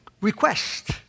request